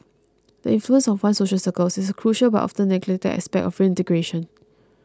the influence of one's social circles is a crucial but oft neglected aspect of reintegration